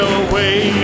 away